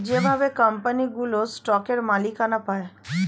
যেভাবে কোম্পানিগুলো স্টকের মালিকানা পায়